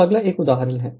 अब अगला एक और उदाहरण है